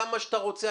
כמה שאתה רוצה,